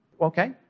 Okay